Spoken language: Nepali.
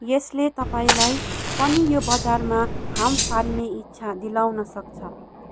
यसले तपाईँँलाई पनि यो बजारमा हामफाल्ने इच्छा दिलाउन सक्छ